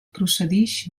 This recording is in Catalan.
procedix